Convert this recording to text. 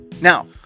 Now